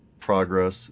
progress